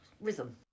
rhythm